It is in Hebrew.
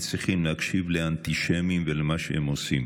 צריכים להקשיב לאנטישמים ולמה שהם עושים.